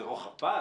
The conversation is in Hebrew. זה רוחב פס.